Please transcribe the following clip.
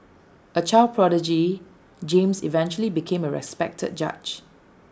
A child prodigy James eventually became A respected judge